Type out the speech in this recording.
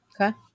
Okay